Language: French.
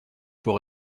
pour